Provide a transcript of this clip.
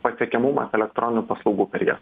pasiekiamumas elektroninių paslaugų per jas